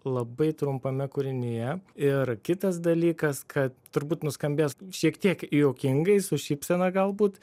labai trumpame kūrinyje ir kitas dalykas kad turbūt nuskambės šiek tiek juokingai su šypsena galbūt